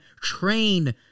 Train